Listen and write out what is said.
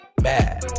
mad